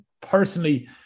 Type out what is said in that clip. personally